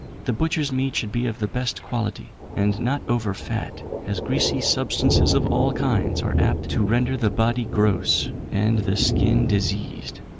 the butchers' meat should be of the best quality, and not over-fat, as greasy substances of all kinds are apt to render the body gross and the skin diseased.